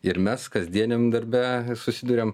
ir mes kasdieniam darbe susiduriam